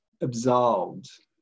absolved